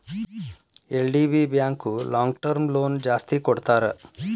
LDB bank long term loan ಜಾಸ್ತಿ ಕೊಡ್ತಾರ